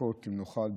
בספקות אם נוכל,